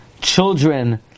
children